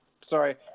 Sorry